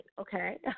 Okay